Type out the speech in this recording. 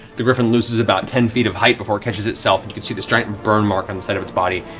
the griffon loses about ten feet of height before it catches itself. you can see this giant burn mark on the side of its body.